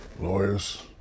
lawyers